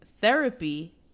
Therapy